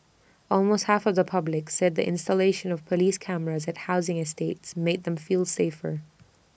almost half of the public said the installation of Police cameras at housing estates made them feel safer